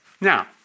Now